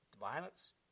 violence